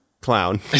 Clown